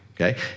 okay